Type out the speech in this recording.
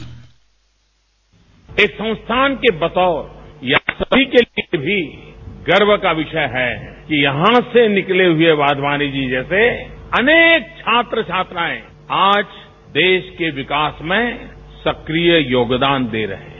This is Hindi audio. बाइट एक संस्थान के बतौर यह सभी के लिए भी गर्व का विषय है कि यहां से निकले हुए वाघवानी जी जैसे अनेक छात्र छात्राएं आज देश के विकास में सक्रिय योगदान दे रहे हैं